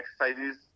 exercises